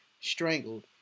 strangled